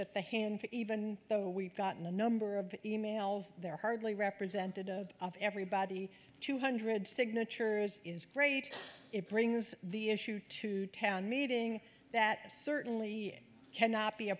that the hand even though we've gotten a number of e mails they're hardly representative of everybody two hundred signatures is great it brings the issue to town meeting that certainly cannot be a